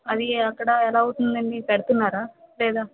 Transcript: అవీ అక్కడ ఎలా అవుతుందండీ పెడుతన్నారా లేదా